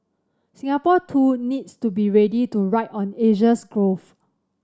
Singapore too needs to be ready to ride on Asia's growth